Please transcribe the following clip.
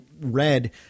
read